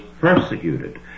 persecuted